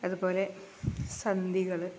അതുപോലെ സന്ധികള്